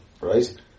right